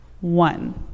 One